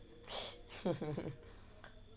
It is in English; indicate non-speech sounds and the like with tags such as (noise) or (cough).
(laughs)